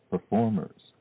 Performers